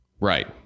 Right